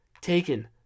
taken